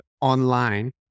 online